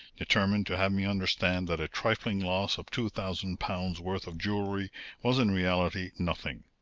determined to have me understand that a trifling loss of two thousand pounds' worth of jewelry was in reality nothing.